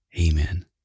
Amen